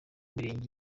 mirenge